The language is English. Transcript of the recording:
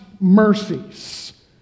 mercies